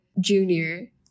junior